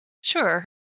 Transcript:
Sure